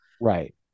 Right